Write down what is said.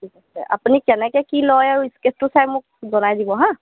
ঠিক আছে আপুনি কেনেকৈ কি লয় আৰু স্কেচটো চাই মোক জনাই দিব হা